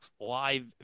Live